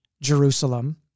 Jerusalem